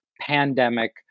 pandemic